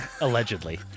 allegedly